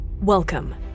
Welcome